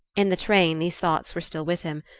in the train these thoughts were still with him.